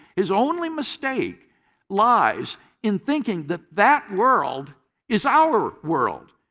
his only mistake lies in thinking that that world is our world.